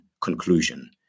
conclusion